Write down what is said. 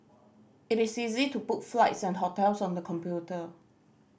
it is easy to book flights and hotels on the computer